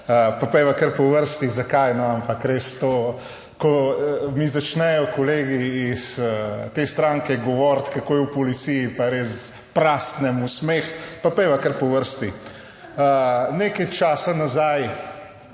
pa pojdiva kar po vrsti. Zakaj? No, ampak res to, ko mi začnejo kolegi iz te stranke govoriti, kako je v policiji, pa res prasnem v smeh. Pa pojdiva kar po vrsti. Nekaj časa nazaj,